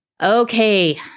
Okay